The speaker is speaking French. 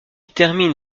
termine